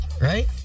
right